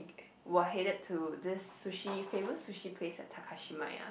we're headed to this sushi famous sushi place at Takashimaya